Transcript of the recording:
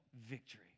victory